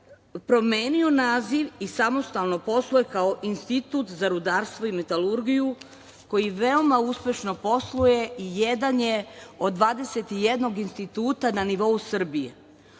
promenio naziv i samostalno posluje kao Institut za rudarstvo i metalurgiju koji veoma uspešno posluje. Jedan je od 21 instituta na nivou Srbije.